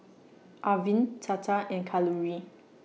Arvind Tata and Kalluri